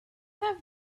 have